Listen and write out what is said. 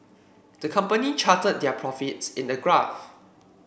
the company charted their profits in a graph